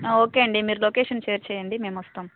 okay అండి మీరు location share చేయండి మేము వస్తాం